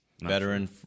Veteran